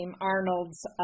Arnold's